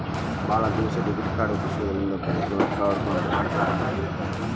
ಭಾಳ್ ದಿವಸ ಡೆಬಿಟ್ ಕಾರ್ಡ್ನ ಉಪಯೋಗಿಸಿಲ್ಲಂದ್ರ ಬ್ಯಾಂಕ್ನೋರು ಕಾರ್ಡ್ನ ಬಂದ್ ಮಾಡ್ತಾರಾ